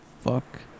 Fuck